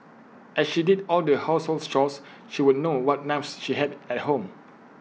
as she did all the household chores she would know what knives she had at home